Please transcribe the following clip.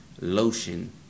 lotion